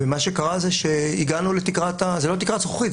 ומה שקרה זה שהגענו לתקרה זאת לא תקרת זכוכית,